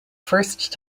first